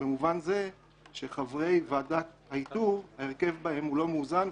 במובן זה שההרכב של חברי ועדת האיתור לא מאוזן,